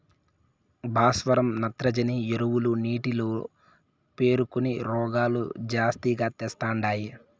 భాస్వరం నత్రజని ఎరువులు నీటిలో పేరుకొని రోగాలు జాస్తిగా తెస్తండాయి